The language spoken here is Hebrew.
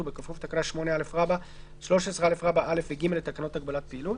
ובכפוף לתקנה 8א(13א)(א) ו- (ג) לתקנות הגבלת פעילות.